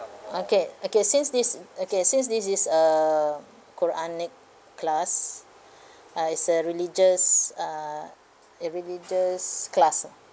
okay okay since this mm okay since this is a quranic class uh it's a religious uh a religious class ah